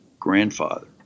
grandfather